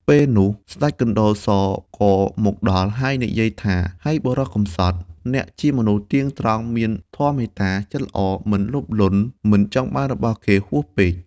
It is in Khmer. ពេលនោះ ស្តេចកណ្តុរសក៏មកដល់ ហើយនិយាយថា ហៃបុរស កំសត់ !អ្នកជាមនុស្សទៀងត្រង់មានធម៌មេត្តា ចិត្តល្អ មិនលោភលន់ មិនចង់បានរបស់គេហួសពេក ។